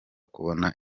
kubona